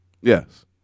Yes